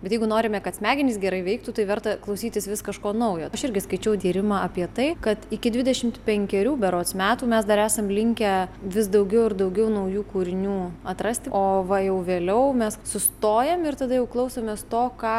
bet jeigu norime kad smegenys gerai veiktų tai verta klausytis vis kažko naujo aš irgi skaičiau tyrimą apie tai kad iki dvidešimt penkerių berods metų mes dar esam linkę vis daugiau ir daugiau naujų kūrinių atrasti o va jau vėliau mes sustojam ir tada jau klausomės to ką